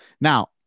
Now